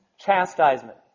chastisement